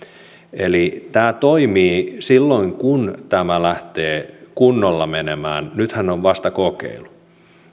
tämä toimii silloin kun tämä lähtee kunnolla menemään nythän on vasta kokeilu